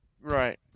Right